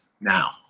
now